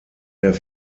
der